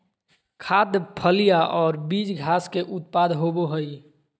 खाद्य, फलियां और बीज घास के उत्पाद होबो हइ